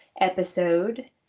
episode